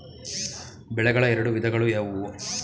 ಬೆಳೆಗಳ ಎರಡು ವಿಧಗಳು ಯಾವುವು?